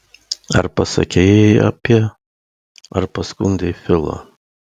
ar pasakei jai apie ar paskundei filą